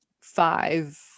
five